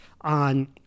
on